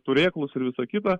turėklus ir visa kita